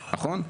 נכון?